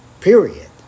period